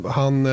han